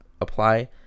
apply